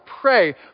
pray